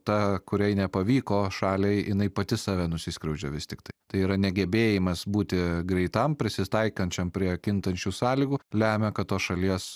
ta kuriai nepavyko šaliai jinai pati save nusiskriaudžia vis tiktai tai yra negebėjimas būti greitam prisitaikančiam prie kintančių sąlygų lemia kad tos šalies